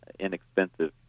inexpensive